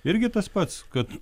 irgi tas pats kad